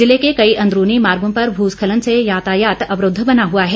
जिले के कई अंदरूनी मार्गों पर भूस्खलन से यातायात अवरूद्व बना हुआ है